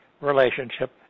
relationship